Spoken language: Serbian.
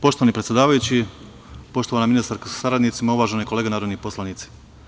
Poštovani predsedavajući, poštovana ministarko sa saradnicima, uvažene kolege narodni poslanici.